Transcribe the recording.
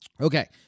Okay